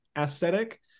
aesthetic